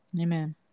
Amen